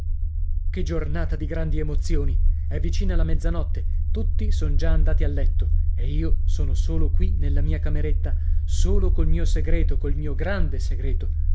che giornata di grandi emozioni è vicina la mezzanotte tutti son già andati a letto e io sono solo qui nella mia cameretta solo col mio segreto col mio grande segreto